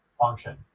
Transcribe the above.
function